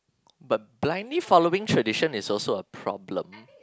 but blindly following tradition is also a problem